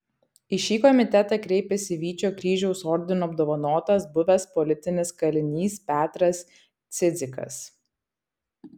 į šį komitetą kreipėsi vyčio kryžiaus ordinu apdovanotas buvęs politinis kalinys petras cidzikas